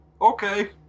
Okay